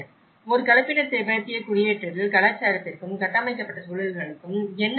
ஒரு கலப்பின திபெத்திய குடியேற்றத்தில் கலாச்சாரத்திற்கும் கட்டமைக்கப்பட்ட சூழல்களுக்கும் என்ன தொடர்பு